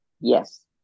yes